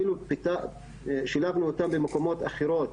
אפילו שילבנו אותן במקומות אחרים,